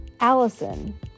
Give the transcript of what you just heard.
Allison